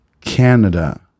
canada